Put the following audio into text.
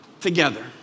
together